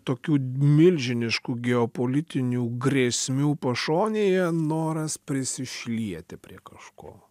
tokių milžiniškų geopolitinių grėsmių pašonėje noras prisišlieti prie kažko